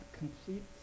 complete